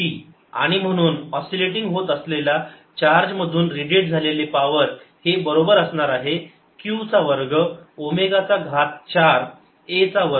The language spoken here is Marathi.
Sq2a21620c3sin2r2 ad2xdt2 2Asinωt आणि म्हणून ऑस्सिलेटिंग होत असलेल्या चार्ज मधून रेडिएट झालेले पावर हे बरोबर असणार आहे q चा वर्ग ओमेगा चा घात चार a चा वर्ग